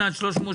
317 עד 318,